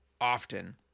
often